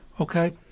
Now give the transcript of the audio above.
Okay